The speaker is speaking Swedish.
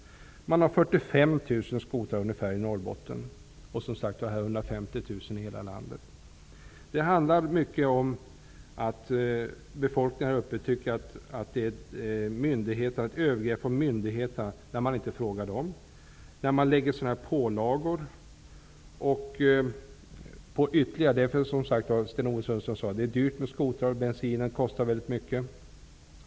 Det finns ungefär 45 000 skotrar i Norrbotten och som sagt 150 000 i hela landet. Människorna där uppe tycker att det är ett övergrepp från myndigheterna att de inte tillfrågas och att det föreslås pålagor. Det är, som Sten-Ove Sundström sade, dyrt med skotrar. Bensinen kostar väldigt mycket.